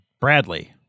Bradley